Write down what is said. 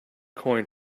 coin